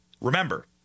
Remember